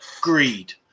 greed